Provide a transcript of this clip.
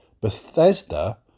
Bethesda